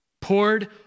Poured